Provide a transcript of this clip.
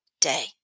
day